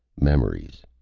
memories.